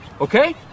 okay